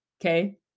Okay